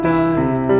died